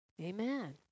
Amen